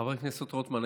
חבר הכנסת רוטמן,